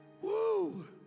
Woo